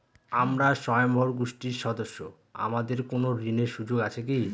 আমরা স্বয়ম্ভর গোষ্ঠীর সদস্য আমাদের কোন ঋণের সুযোগ আছে কি?